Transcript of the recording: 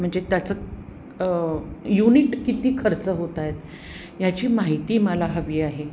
म्हणजे त्याचं युनिट किती खर्च होत आहेत ह्याची माहिती मला हवी आहे